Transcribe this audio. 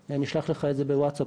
נשלח לך את זה בוואטסאפ,